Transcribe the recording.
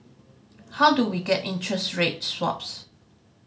how do we get interest rate swaps